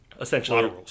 essentially